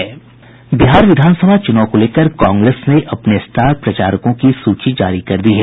बिहार विधानसभा चूनाव को लेकर कांग्रेस ने अपने स्टार प्रचारकों की सूची जारी कर दी है